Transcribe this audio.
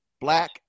Black